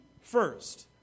first